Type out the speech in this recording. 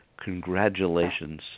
Congratulations